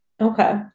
Okay